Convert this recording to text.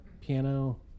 piano